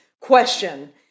question